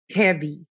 heavy